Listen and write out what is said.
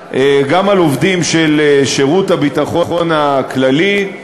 אותה גם על עובדים של שירות הביטחון הכללי,